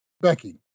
Becky